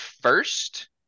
First